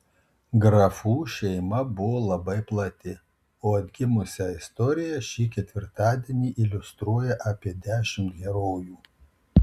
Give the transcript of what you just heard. grafų šeima buvo labai plati o atgimusią istoriją šį ketvirtadienį iliustruoja apie dešimt herojų